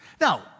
Now